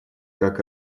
как